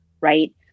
right